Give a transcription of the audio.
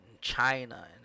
China